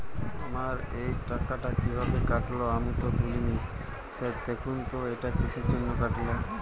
আমার এই টাকাটা কীভাবে কাটল আমি তো তুলিনি স্যার দেখুন তো এটা কিসের জন্য কাটল?